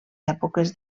èpoques